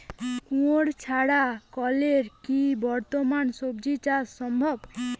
কুয়োর ছাড়া কলের কি বর্তমানে শ্বজিচাষ সম্ভব?